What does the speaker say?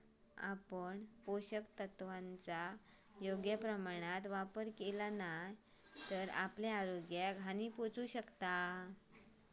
आपण पोषक तत्वांचो योग्य प्रमाणात वापर केलो नाय तर आपल्या आरोग्याक हानी पोहचू शकता